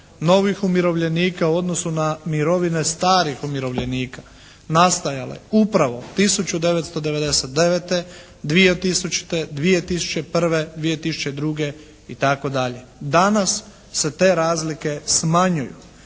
novih umirovljenika u odnosu na mirovine starih umirovljenika nastajale upravo 1999., 2000., 2001., 2002. itd. Danas se te razlike smanjuju.